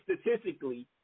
statistically